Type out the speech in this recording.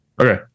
Okay